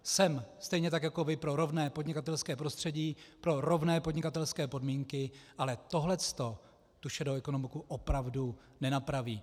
Jsem stejně tak jako vy pro rovné podnikatelské prostředí, pro rovné podnikatelské podmínky, ale tohle to tu šedou ekonomiku opravdu nenapraví.